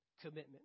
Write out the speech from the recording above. commitment